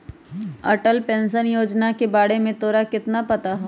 Atal pension Yojana के बारे में तोरा कितना पता हाउ?